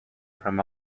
from